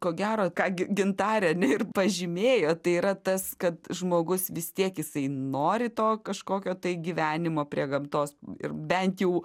ko gero ką gi gintarė ir pažymėjo tai yra tas kad žmogus vis tiek jisai nori to kažkokio tai gyvenimo prie gamtos ir bent jau